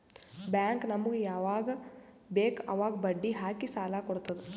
bank ನಮುಗ್ ಯವಾಗ್ ಬೇಕ್ ಅವಾಗ್ ಬಡ್ಡಿ ಹಾಕಿ ಸಾಲ ಕೊಡ್ತುದ್